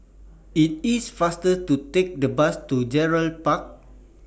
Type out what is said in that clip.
IT IS faster to Take The Bus to Gerald Park